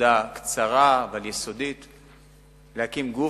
עבודה קצרה אבל יסודית: להקים גוף,